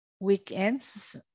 weekends